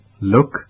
Look